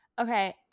Okay